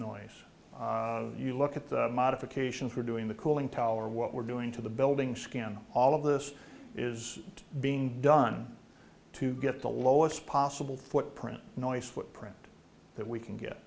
noise you look at the modifications we're doing the cooling tower what we're doing to the building skin all of this is being done to get the lowest possible footprint noise footprint that we can get